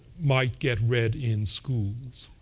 might get read in schools.